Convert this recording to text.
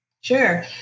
Sure